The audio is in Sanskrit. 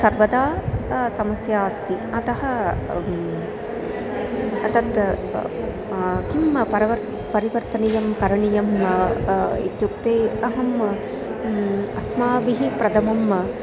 सर्वदा समस्या अस्ति अतः अतः किं परवर् परिवर्तनं करणीयम् इत्युक्ते अहम् अस्माभिः प्रथमम्